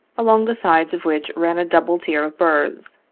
along the sides of which ran a double tier of berths.